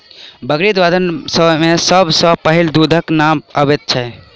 बकरी उत्पाद मे सभ सॅ पहिले दूधक नाम अबैत छै